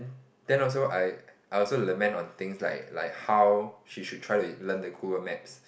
then also I I also lament on things like like how she should try to learn the Google Maps